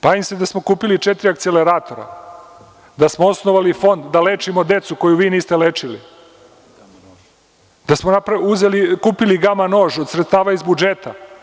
Bavim se da smo kupili četiri akceleratora, da smo osnovali fond da lečimo decu koju vi niste lečili, da smo kupili gama nož od sredstava iz budžeta.